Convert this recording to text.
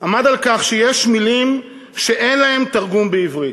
עמד על כך שיש מילים שאין להן תרגום בעברית.